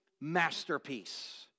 masterpiece